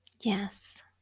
Yes